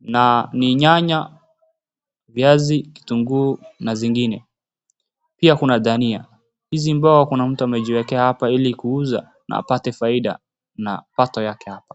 Na ni nyanya, viazi, kitunguu na zingine. Pia kuna dania. Hizi mboga kuna mtu amejiwekea hapa ili kuuza na apate faida na mapato yake hapa.